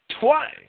twice